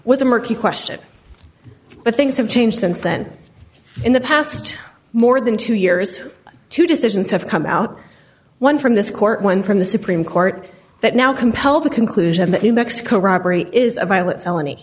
was a murky question but things have changed since then in the past more than two years two decisions have come out one from this court one from the supreme court that now compel the conclusion that you mexico robbery is a violent felony